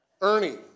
Ernie